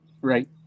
right –